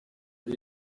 iyi